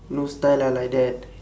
no style lah like that